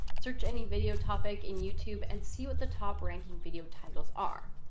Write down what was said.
search any video topic in youtube and see what the top ranking video titles are.